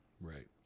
Right